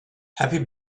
happy